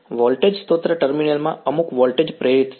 voltage સ્ત્રોત terminal માં અમુક વોલ્ટેજ પ્રેરિત છે